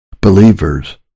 believers